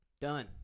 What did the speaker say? Done